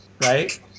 right